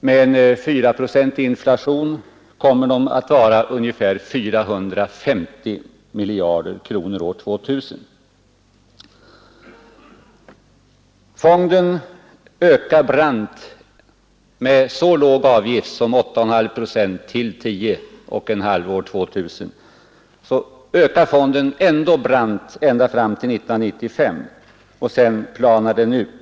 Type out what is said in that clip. Med en 4-procentig inflation kommer de att vara ungefär 450 miljarder kronor år 2000. Fonden ökar brant. Med en så låg avgift som 8,5—10,5 procent ökar fonden ändå brant fram till år 1995 och planar sedan ut till år 2000.